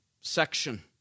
section